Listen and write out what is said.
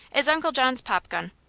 is uncle john's pop-gun.